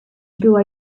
była